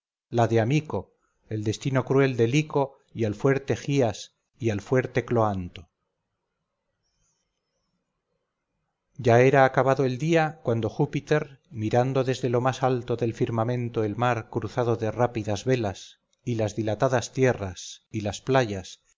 la de amico el destino cruel de lico y al fuerte gias y al fuerte cloanto ya era acabado el día cuando júpiter mirando desde lo más alto del firmamento el mar cruzado de rápidas velas y las dilatadas tierras y las playas